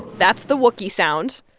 that's the wookiee sound.